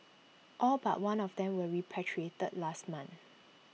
all but one of them were repatriated last month